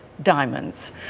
diamonds